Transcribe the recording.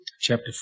chapter